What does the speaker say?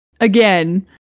again